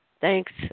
Thanks